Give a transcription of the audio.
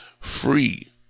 free